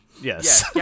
Yes